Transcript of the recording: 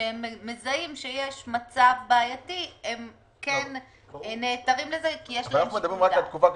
כשהם מזהים שיש מצב בעייתי הם כן נעתרים לזה כי יש להם שיקול דעת.